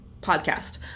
podcast